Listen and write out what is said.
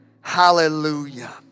Hallelujah